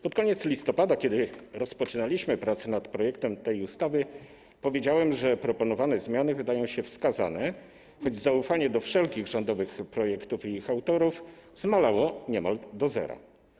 Pod koniec listopada, kiedy rozpoczynaliśmy prace nad projektem tej ustawy, powiedziałem, że proponowane zmiany wydają się wskazane, choć zaufanie do wszelkich rządowych projektów i ich autorów zmalało niemal do zera.